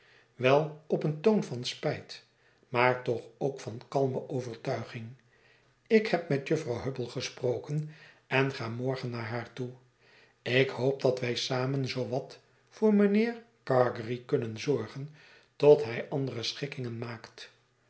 wel op een toon van spijt maar toch ook van kalme overtuiging ik heb met jufvrouw hubble gesproken en ga morgen naar haar toe ik hoop dat wij samen zoo wat voor mijnheer gargery kunnen zorgen tot hij andere schikkingen maakt